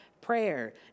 prayer